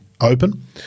Open